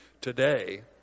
today